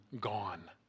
gone